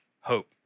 Hope